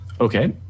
Okay